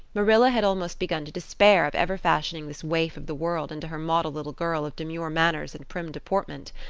marilla had almost begun to despair of ever fashioning this waif of the world into her model little girl of demure manners and prim deportment.